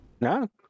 no